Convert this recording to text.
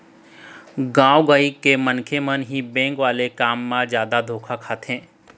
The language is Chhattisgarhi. गाँव गंवई के मनखे मन ह ही बेंक वाले काम म जादा धोखा खाथे